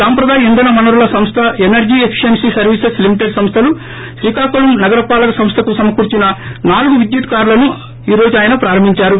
సాంప్రదాయ ఇంధన వనరుల సంస్ర ఎనర్షీ ఎఫీషియన్సీ సర్వీసేస్ లీమిటెడ్ సంస్లలు శ్రీకాకుళం నగర పాలక సంస్థకు సమకూర్పిన నాలుగు విద్యుత్ కార్లను ఈ రోజు ఆయన ప్రారంభించారు